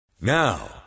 Now